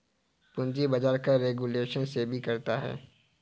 पूंजी बाजार का रेगुलेशन सेबी करता है